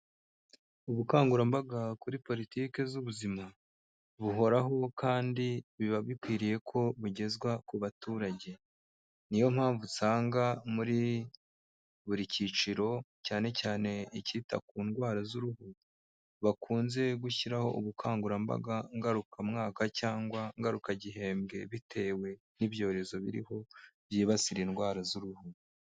Ubukangurambaga kuri politiki z'ubuzima buhoraho kandi biba bikwiriye ko bugezwa ku baturage, niyo mpamvu usanga muri buri cyiciro cyane cyane icyita ku ndwara z'uruhu, bakunze gushyiraho ubukangurambaga ngarukamwaka cyangwa ngarukagihembwe bitewe n'ibyorezo biriho byibasira indwara z'uruhu.